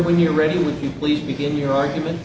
when you're ready would you please begin your argument